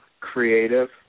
creative